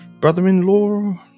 brother-in-law